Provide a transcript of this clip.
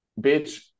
bitch